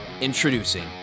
Introducing